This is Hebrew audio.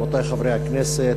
רבותי חברי הכנסת,